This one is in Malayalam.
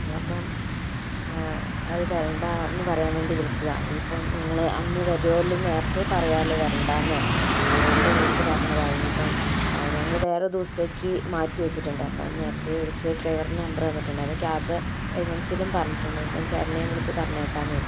ആ അപ്പം അത് വരണ്ടാ എന്ന് പറയാൻ വേണ്ടി വിളിച്ചതാ ഇനീപ്പം നിങ്ങള് അന്ന് വരൂ അല്ലോ നേരത്തെ പറയാല്ലോ വരണ്ടാന്ന് അതുകൊണ്ട് വിളിച്ച് പറഞ്ഞതാ ഇനിപ്പം ഞങ്ങള് വേറെ ദിവസത്തേക്ക് മാറ്റി വെച്ചിട്ടുണ്ട് അപ്പം നേരത്തെ വിളിച്ച ഡ്രൈവറിൻ്റെ നമ്പറ് തന്നിട്ടുണ്ട് അത് ക്യാബ് ഏജൻസിയിലും പറഞ്ഞിട്ടുണ്ട് ഇപ്പം ചേട്ടനെയും വിളിച്ച് പറഞ്ഞേക്കാന്ന് കരുതി